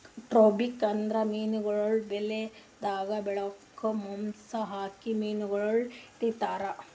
trapping ಅಂದುರ್ ಮೀನುಗೊಳ್ ಬಲೆದಾಗ್ ಬಿಳುಕ್ ಮಾಂಸ ಹಾಕಿ ಮೀನುಗೊಳ್ ಹಿಡಿತಾರ್